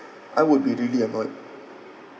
I would be really avoid